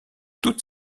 toutes